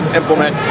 implement